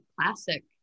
classic